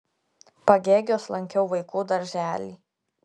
pagėgiuos lankiau vaikų darželį